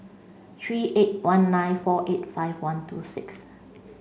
three eight one nine four eight five one two six